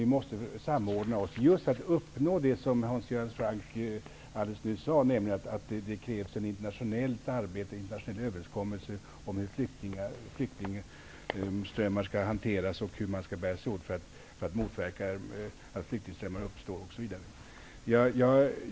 Vi måste få till stånd en samordning just för att man skall uppnå det som Hans Göran Franck nyss talade om, nämligen en internationell överenskommelse om hur flyktingströmmar skall hanteras och om hur man skall bära sig åt för att motverka att det uppstår flyktingströmmar.